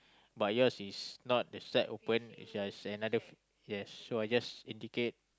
but yours is not that shed open it's just another yes so I just indicate